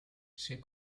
she